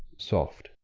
soft!